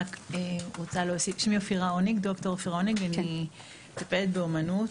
שמי ד"ר אופירה הוניג, אני מטפלת באומנות,